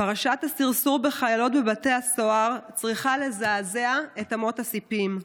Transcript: פרשת הסרסור בחיילות בבתי הסוהר צריכה לזעזע את אמות הסיפים.